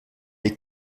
est